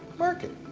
markets.